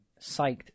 psyched